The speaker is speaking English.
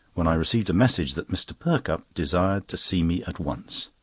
when i received a message that mr. perkupp desired to see me at once.